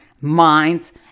minds